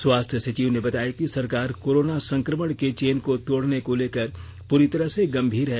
स्वास्थ्य सचिव ने बताया कि सरकार कोरोना संकमण के चेन को तोड़ने को लेकर पूरी तरह से गंभीर है